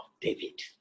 David